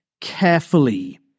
carefully